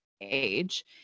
age